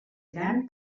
gran